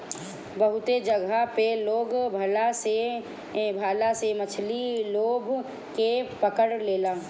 बहुते जगह पे लोग भाला से मछरी गोभ के पकड़ लेला